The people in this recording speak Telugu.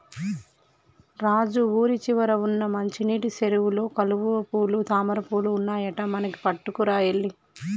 రాజు ఊరి చివర వున్న మంచినీటి సెరువులో కలువపూలు తామరపువులు ఉన్నాయట మనకి పట్టుకురా ఎల్లి